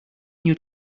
new